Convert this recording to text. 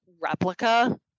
replica